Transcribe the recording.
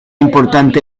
importante